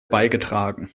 beigetragen